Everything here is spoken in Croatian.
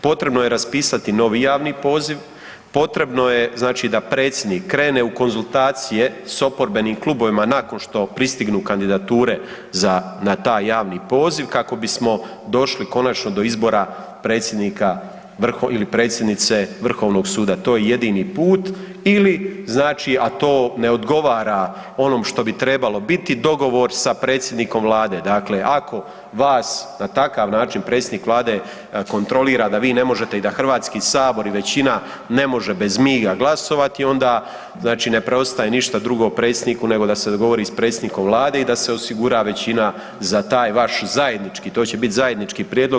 Potrebno je raspisati novi javni poziv, potrebno je znači da Predsjednik krene u konzultacije s oporbenim klubovima nakon što pristignu kandidature za na taj javni poziv kako bismo došli konačno do izbora predsjednika Vrhovnog ili predsjednice Vrhovnog suda, to je jedini put ili znači a to ne odgovara onom što bi trebalo biti dogovor sa predsjednikom Vlade, dakle ako vas na takav način predsjednik Vlade kontrolira da vi ne možete i da Hrvatski sabor i većina ne može bez miga glasovati, onda znači ne preostaje ništa drugo Predsjedniku nego sa se dogovori s predsjednikom Vlade i da se osigura većina za taj vaš zajednički, to će biti zajednički prijedlog.